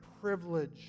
privilege